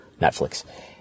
Netflix